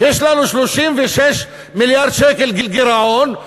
יש לנו 36 מיליארד שקל גירעון,